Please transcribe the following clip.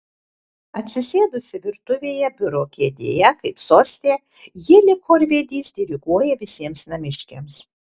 atsisėdusi virtuvėje biuro kėdėje kaip soste ji lyg chorvedys diriguoja visiems namiškiams